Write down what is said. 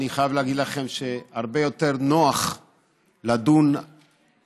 אני חייב להגיד לכם שהרבה יותר נוח לדון ככה,